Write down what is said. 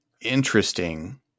interesting